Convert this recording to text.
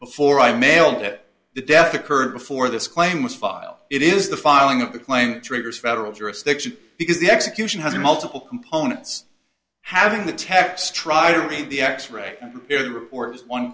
before i mailed it the death occurred before this claim was filed it is the filing of the claim triggers federal jurisdiction because the execution has multiple components having the techs try to meet the x ray report on